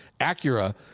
Acura